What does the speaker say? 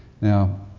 Now